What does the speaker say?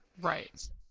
Right